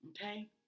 okay